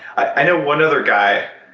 i know one other guy